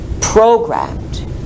programmed